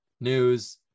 news